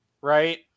right